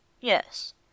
Yes